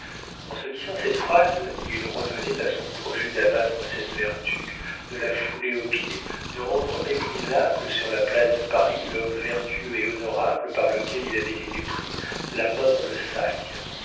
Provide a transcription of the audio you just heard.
en se disant cette phrase il revenait à son projet d'abattre cette vertu de la fouler aux pieds de rendre méprisable sur la place de paris l'homme vertueux et honorable par lequel il avait été pris la main dans le sac